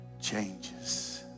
changes